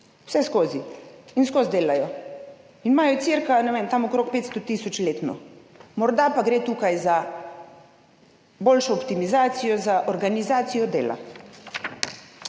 vseskozi in ves čas delajo in imajo tam okrog 500 tisoč letno. Morda pa gre tukaj za boljšo optimizacijo, za organizacijo dela.